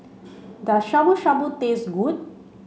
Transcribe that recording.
does Shabu Shabu taste good